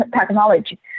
technology